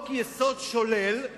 חוק-יסוד שולל,